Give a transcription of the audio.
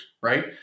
right